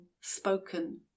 spoken